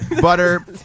Butter